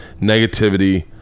negativity